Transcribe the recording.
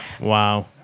Wow